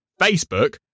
Facebook